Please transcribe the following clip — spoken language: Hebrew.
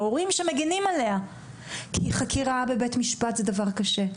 ההורים מגינים עליה כי חקירה בבית המשפט זה דבר קשה,